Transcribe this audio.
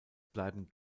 bleiben